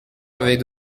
avait